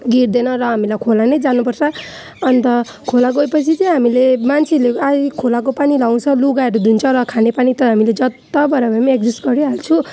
गिर्दैन र हामीलाई खोला नै जानु पर्छ अन्त खोला गएपछि चाहिँ हामीले मान्छेले आइ खोलाको पानी लाउँछ र लुगाहरू धुन्छ र खाने पानी त हामीले जताबाट भए पनि एडजस्ट गरिहाल्छु